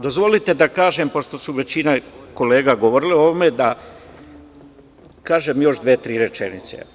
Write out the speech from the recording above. Dozvolite da kažem, pošto su većina kolega govorili o ovome, da kažem još dve, tri rečenice.